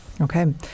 Okay